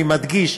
אני מדגיש,